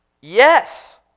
Yes